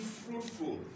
fruitful